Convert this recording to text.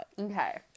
Okay